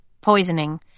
poisoning